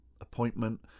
appointment